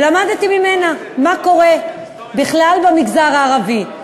ולמדתי ממנה מה קורה בכלל במגזר הערבי,